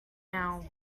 now